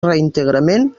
reintegrament